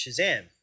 Shazam